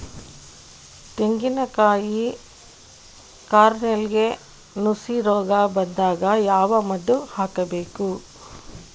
ತೆಂಗಿನ ಕಾಯಿ ಕಾರ್ನೆಲ್ಗೆ ನುಸಿ ರೋಗ ಬಂದಾಗ ಯಾವ ಮದ್ದು ಹಾಕಬೇಕು?